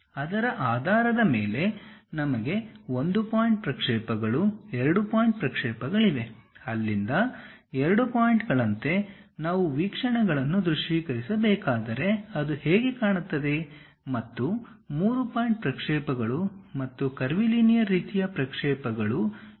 ಅದರ ಆಧಾರದ ಮೇಲೆ ನಮಗೆ 1 ಪಾಯಿಂಟ್ ಪ್ರಕ್ಷೇಪಗಳು 2 ಪಾಯಿಂಟ್ ಪ್ರಕ್ಷೇಪಗಳಿವೆ ಅಲ್ಲಿಂದ 2 ಪಾಯಿಂಟ್ಗಳಂತೆ ನಾವು ವೀಕ್ಷಣೆಗಳನ್ನು ದೃಶ್ಯೀಕರಿಸಬೇಕಾದರೆ ಅದು ಹೇಗೆ ಕಾಣುತ್ತದೆ ಮತ್ತು 3 ಪಾಯಿಂಟ್ ಪ್ರಕ್ಷೇಪಗಳು ಮತ್ತು ಕರ್ವಿಲಿನೀಯರ್ ರೀತಿಯ ಪ್ರಕ್ಷೇಪಗಳು ನಮ್ಮಲ್ಲಿವೆ